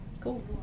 Cool